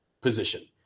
position